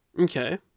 Okay